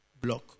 block